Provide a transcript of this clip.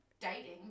dating